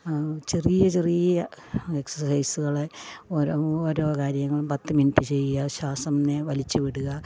ചെറിയ ചെറിയ എക്സര്സൈസ്കള് ഓരോ ഓരോ കാര്യങ്ങളും പത്ത് മിനിറ്റ് ചെയ്യുക ശ്വാസം നെ വലിച്ച് വിടുക